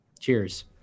Cheers